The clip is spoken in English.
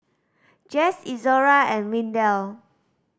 Jess Izora and Windell